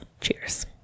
Cheers